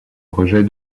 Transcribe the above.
rejet